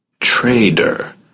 Trader